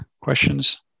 questions